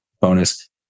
bonus